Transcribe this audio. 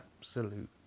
absolute